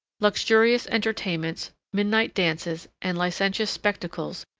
luxurious entertainments, midnight dances, and licentious spectacles,